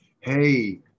hey